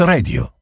Radio